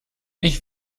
ich